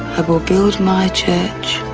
i will build my church or